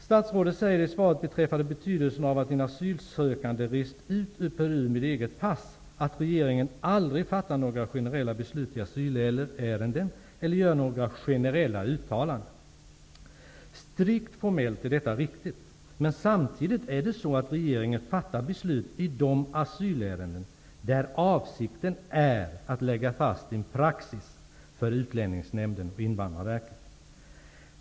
Statsrådet säger i svaret beträffande betydelsen av att en asylsökande rest ut ur Peru med eget pass att regeringen aldrig fattar några generella beslut i asylärenden eller gör några generella uttalanden. Strikt formellt är detta riktigt. Samtidigt är det så, att regeringen fattar beslut i de asylärenden där avsikten är att lägga fast en praxis för Utlänningsnämnden och Invandrarverket.